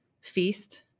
feast